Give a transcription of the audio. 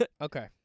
Okay